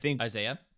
Isaiah